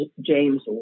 James